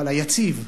אבל היציב,